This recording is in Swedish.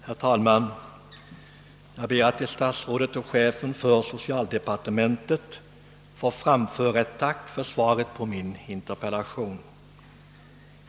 Herr talman! Jag ber att till statsrådet och chefen för socialdepartementet få framföra ett tack för svaret på min interpellation.